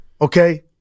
Okay